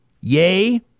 yay